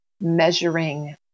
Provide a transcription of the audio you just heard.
measuring